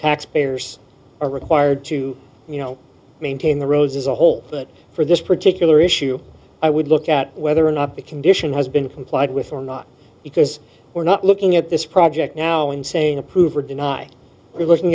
taxpayers are required to you know maintain the roses a whole lot for this particular issue i would look at whether or not the condition has been complied with or not because we're not looking at this project now and saying approve or deny rel